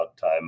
time